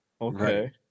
okay